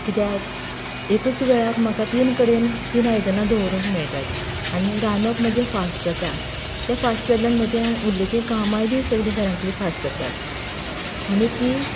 कित्याक एकूच वेळाक म्हाका तीन कडेन तीन आयदनां दवरूंक मेळटात आनी रांदप म्हजें फास्ट जाता तें फास्ट जाल्यान म्हजे उरिल्लीं ती कामांय बी सगळीं घरांतली फास्ट जातात आनी ती